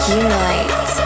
unite